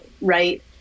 Right